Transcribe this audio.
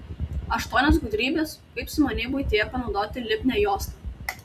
aštuonios gudrybės kaip sumaniai buityje panaudoti lipnią juostą